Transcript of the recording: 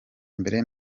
mbere